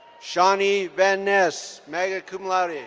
shawnie van ness, magna cum laude.